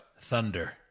Thunder